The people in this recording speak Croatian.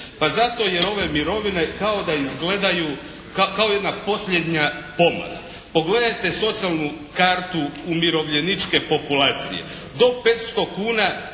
Pa zato jer ove mirovine kao da izgledaju, kao jedna posljednja pomast. Pogledajte socijalnu kartu umirovljeničke populacije. Do 500 kuna